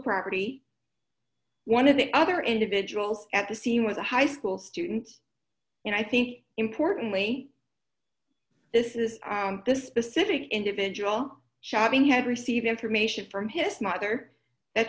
property one of the other individuals at the scene was a high school student and i think importantly this is the specific individual shagging had received information from his mother that